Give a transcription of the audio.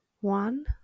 one